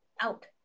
out